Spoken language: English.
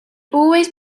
always